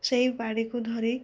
ସେଇ ବାଡ଼ିକୁ ଧରି ଆମେ